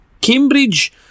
Cambridge